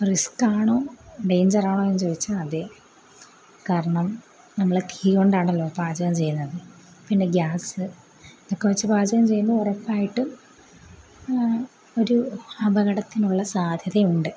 risk ആണോ danger ആണോ എന്ന് ചോദിച്ചാൽ അതെ കാരണം നമ്മൾ തീ കൊണ്ടാണല്ലോ പാചകം ചെയ്യുന്നത് പിന്നെ ഗ്യാസ് ഒക്കെ വെച്ച് പാചകം ചെയ്യുമ്പോൾ ഉറപ്പായിട്ടും ഒരു അപകടത്തിനുള്ള സാധ്യതയുണ്ട്